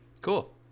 cool